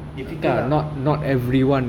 difficult ah